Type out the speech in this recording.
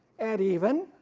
and even,